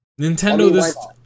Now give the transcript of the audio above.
Nintendo